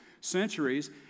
centuries